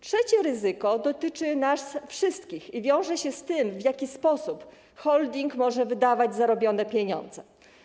Trzecie ryzyko dotyczy nas wszystkich i wiąże się z tym, w jaki sposób holding może wydawać zarobione pieniądze.